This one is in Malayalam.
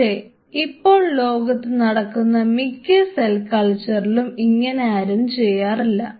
പക്ഷേ ഇപ്പോൾ ലോകത്ത് നടക്കുന്ന മിക്ക സെൽ കൾച്ചറിലും ഇങ്ങനെ ആരും ചെയ്യാറില്ല